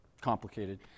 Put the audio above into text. complicated